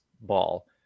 ball